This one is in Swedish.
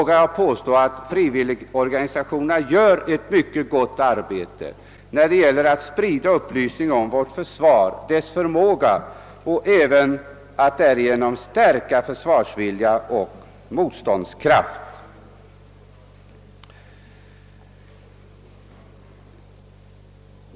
Jag vågar påstå att de frivilliga försvarsorganisationerna gör ett mycket gott arbete när det gäller att sprida upplysning om vårt försvar och dess förmåga och att därigenom stärka försvarsvilja och motståndskraft.